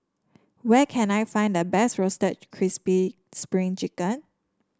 where can I find the best Roasted Crispy Spring Chicken